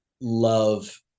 love